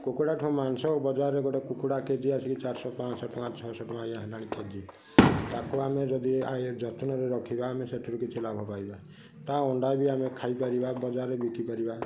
କୁକୁଡ଼ାଠୁ ମାଂସ ବଜାରରେ ଗୋଟେ କୁକୁଡ଼ା କେଜି ଆସିକି ଚାରିଶହ ପାଞ୍ଚଶହ ଟଙ୍କା ଛଅଶହ ଟଙ୍କା ଆଜ୍ଞା ହେଲାଣି କେଜି ତାକୁ ଆମେ ଯଦି ଆଏ ଯତ୍ନରେ ରଖିବା ଆମେ ସେଥିରୁ କିଛି ଲାଭ ପାଇବା ତା ଅଣ୍ଡାବି ଆମେ ଖାଇ ପାରିବା ବଜାରରେ ବିକି ପାରିବା